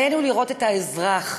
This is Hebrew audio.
עלינו לראות את האזרח.